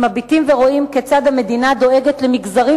הם מביטים ורואים כיצד המדינה דואגת למגזרים